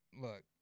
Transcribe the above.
Look